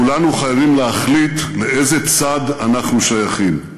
כולנו חייבים להחליט לאיזה צד אנחנו שייכים.